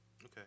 Okay